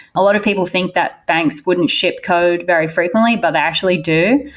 a lot of people think that banks wouldn't ship code very frequently, but actually do,